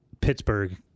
Pittsburgh